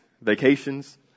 vacations